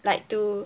like to